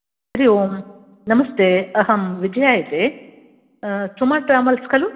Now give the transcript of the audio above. हरि ओम् नमस्ते अहं विजया इति सुमा ट्रावल्स् खलु